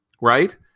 Right